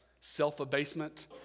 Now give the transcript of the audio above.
Self-abasement